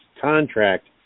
Contract